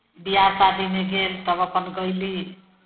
ब्याह शादीमे गेल तब अपन गयली